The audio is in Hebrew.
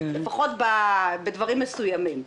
לפחות בדברים מסוימים.